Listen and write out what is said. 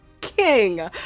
King